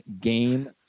game